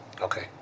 Okay